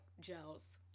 gels